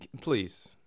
Please